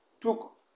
took